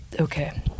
Okay